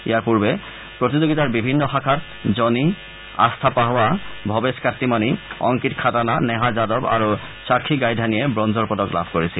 ইয়াৰ পূৰ্বে প্ৰতিযোগিতাৰ বিভিন্ন শাখাত জনী আস্থা পাহৱা ভৱেশ কাটিমানি অংকিত খাতানা নেহা যাদৱ আৰু সাক্ষী গাইধানীয়ে ব্ৰঞ্জৰ পদক লাভ কৰিছিল